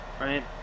right